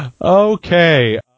okay